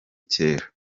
kera